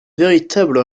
véritable